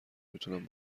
میتونم